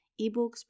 eBooks